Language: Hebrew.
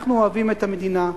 אנחנו אוהבים את המדינה,